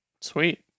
Sweet